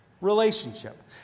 relationship